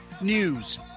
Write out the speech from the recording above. News